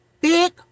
Big